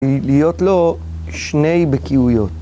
להיות לו שני בקיאויות.